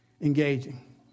engaging